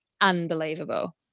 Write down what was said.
unbelievable